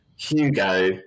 Hugo